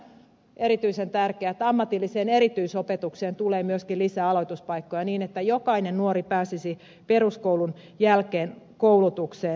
erityisen tärkeää on että ammatilliseen erityisopetukseen tulee myöskin lisää aloituspaikkoja niin että jokainen nuori pääsisi peruskoulun jälkeen koulutukseen